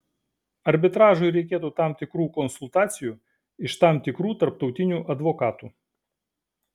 arbitražui reikėtų tam tikrų konsultacijų iš tam tikrų tarptautinių advokatų